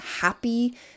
happy